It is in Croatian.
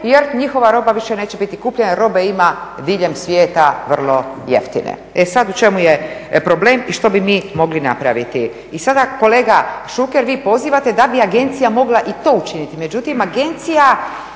jer njihova roba više neće biti kupljena. Robe ima diljem svijeta vrlo jeftine. E sada u čemu je problem i što bi mi mogli napraviti. I sada kolega Šuker vi pozivate da bi agencija mogla i to učiniti, međutim agencija